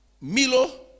milo